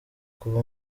kuva